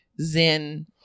zen